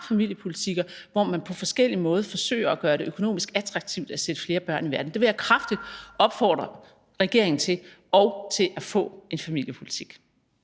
familiepolitikker, hvor man på forskellig måde forsøger at gøre det økonomisk attraktivt at sætte flere børn i verden. Det vil jeg kraftigt opfordre regeringen til og til at få en familiepolitik.